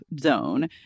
zone